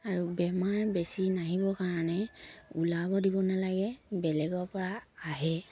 আৰু বেমাৰ বেছি নাহিবৰ কাৰণে ওলাব দিব নালাগে বেলেগৰ পৰা আহে